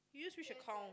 you use which account